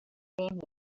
name